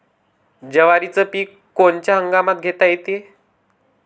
जवारीचं पीक कोनच्या हंगामात घेता येते?